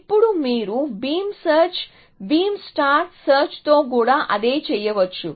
ఇప్పుడు మీరు beam search beam stack సెర్చ్తో కూడా అదే చేయవచ్చు